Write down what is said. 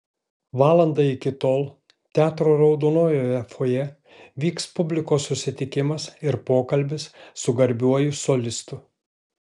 valandą iki tol teatro raudonojoje fojė vyks publikos susitikimas ir pokalbis su garbiuoju solistu